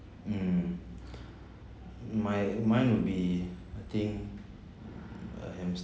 mm my mind would I think a hamster